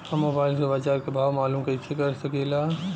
हम मोबाइल से बाजार के भाव मालूम कइसे कर सकीला?